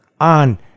on